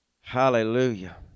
Hallelujah